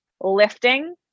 lifting